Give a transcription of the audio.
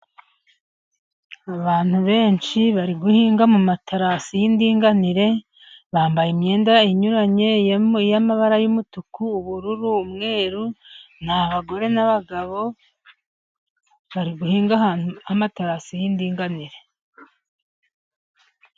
Abantu benshi bari guhinga mu materasi y'indinganire, bambaye imyenda inyuranye y'amabara y'umutuku, ubururu, umweru. Ni abagore n'abagabo bari guhinga amaterasi y'indinganire.